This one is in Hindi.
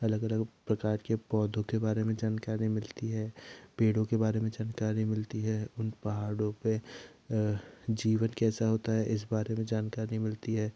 अलग अलग प्रकार के पौधों के बारे में जानकारी मिलती है पेड़ों के बारे में जानकारी मिलती है उन पहाड़ों पे जीवन कैसा होता है इस बारे में जानकारी मिलती है